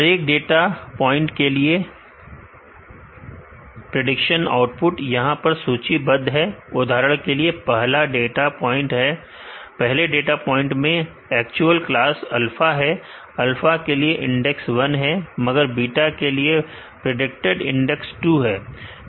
अरे एक data point के लिए प्रिडिक्टेड आउटपुट यहां पर सूचीबद्ध है उदाहरण के लिए पहला डेटा पॉइंट में एक्चुअल क्लास अल्फा है अल्फा के लिए इंडेक्स 1 है मगर बीटा के लिए प्रिडिक्टेड इंडेक्स 2 है